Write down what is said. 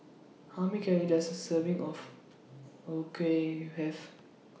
How Many Calories Does A Serving of O Kueh Have